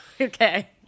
okay